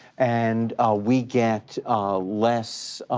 and we get less